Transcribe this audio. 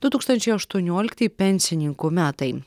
du tūkstančiai aštuonioliktieji pensininkų metai